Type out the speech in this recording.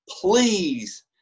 please